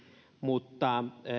mutta